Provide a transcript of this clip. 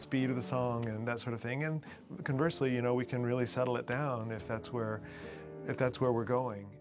speed of the song and that sort of thing and converse or you know we can really settle it down if that's where if that's where we're going